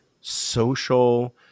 social